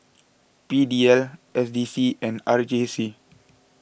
P D L S D C and R J C